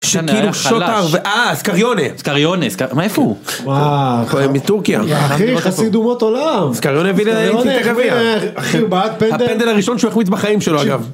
שכאילו שוטר ואז סקריונה, סקריונה.. מאיפה הוא? וואוו... מטורקיה. אחי, חסיד אומות עולם. סקריונה הביא לאינטר את הגביע, אחי הוא בעט פנדל, הפנדל הראשון שהוא החמיץ בחיים שלו, אגב